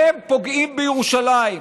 הם פוגעים בירושלים,